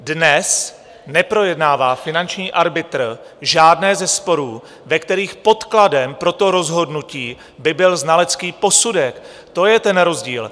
Dnes neprojednává finanční arbitr žádné ze sporů, ve kterých podkladem pro rozhodnutí by byl znalecký posudek, to je ten rozdíl.